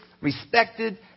respected